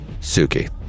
Suki